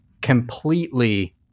completely